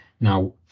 Now